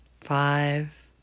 Five